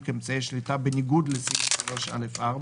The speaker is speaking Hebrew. אמצעי שליטה בניגוד לסעיף 3(א)(4).